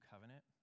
covenant